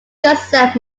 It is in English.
yourself